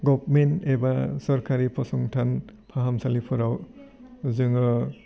government एबा सरकारि फसंथान फाहामसालिफोराव जोङो